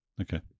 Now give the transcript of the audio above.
Okay